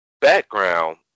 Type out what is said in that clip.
background